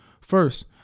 first